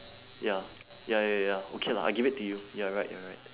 ya ya ya ya ya okay lah I give to you you are right you are right